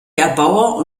erbauer